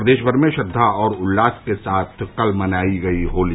प्रदेशभर में श्रद्वा और उल्लास के साथ कल मनायी गयी होली